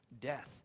death